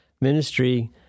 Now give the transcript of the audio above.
ministry